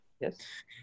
Yes